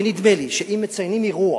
ונדמה לי שאם מציינים אירוע